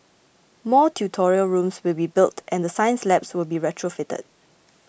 more tutorial rooms will be built and the science labs will be retrofitted